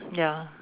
ya